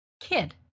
kid